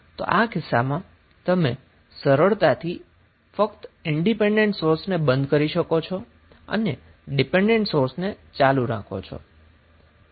તો આ કિસ્સામાં તમે સરળતાથી ફકત ઇનડીપેન્ડન્ટ સોર્સને બંધ કરી શકો છો અને ડીપેન્ડન્ટ સોર્સને ચાલુ રાખો છો